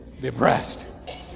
depressed